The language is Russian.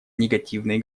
негативные